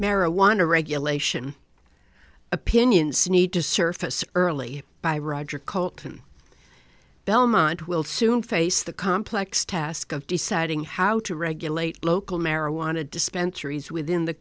marijuana regulation opinions need to surface early by roger cult and belmont will soon face the complex task of deciding how to regulate local marijuana dispensaries within the